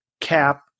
cap